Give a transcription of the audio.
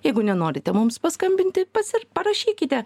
jeigu nenorite mums paskambinti pats ir parašykite